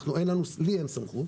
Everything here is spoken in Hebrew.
לי אין סמכות